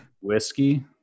Whiskey